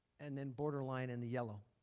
and then borderline in the yellow.